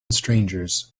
strangers